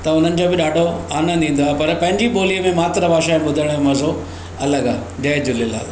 त हुनजो बि ॾाढो आनंद ईंदो आहे पर पंहिंजी ॿोलीअ में मातृ भाषा में ॿुधण जो मज़ो अलॻि आहे जय झूलेलाल